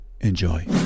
enjoy